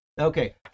Okay